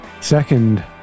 second